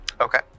Okay